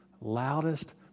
loudest